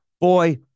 boy